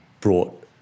brought